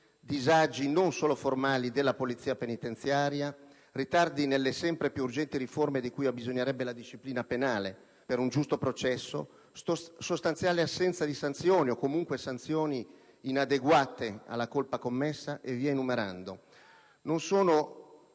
disagi non solo formali della polizia penitenziaria, ritardi nelle sempre più urgenti riforme di cui abbisognerebbe la disciplina penale per un giusto processo, sostanziale assenza di sanzioni o, comunque, sanzioni inadeguate alla colpa commessa, e via enumerando: non sono